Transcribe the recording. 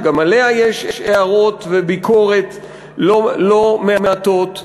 שגם עליה יש הערות וביקורת לא מעטות.